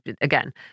again